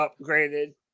upgraded